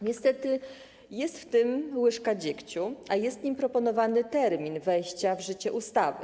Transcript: Niestety jest w tym łyżka dziegciu, a jest nim proponowany termin wejścia w życie ustawy.